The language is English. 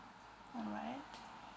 alright